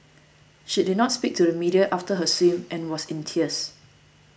she did not speak to the media after her swim and was in tears